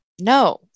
no